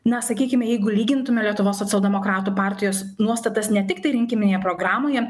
na sakykim jeigu lygintume lietuvos socialdemokratų partijos nuostatas ne tiktai rinkiminėje programoje